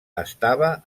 estava